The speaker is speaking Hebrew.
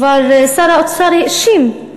כבר שר האוצר האשים,